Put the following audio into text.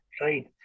right